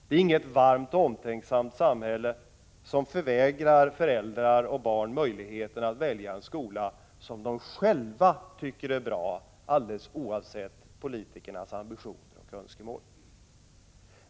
Det är inget varmt och omtänksamt samhälle som förvägrar föräldrar och barn möjligheten att välja en skola som de själva tycker är bra, alldeles oavsett politikernas ambitioner och önskemål.